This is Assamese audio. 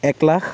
এক লাখ